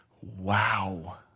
wow